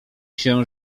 się